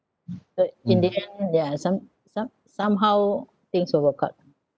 so in the end yeah some~ some~ somehow things will work out lah